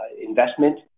investment